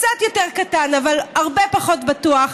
קצת יותר קטן אבל הרבה פחות בטוח.